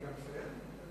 אני מסיים?